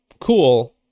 Cool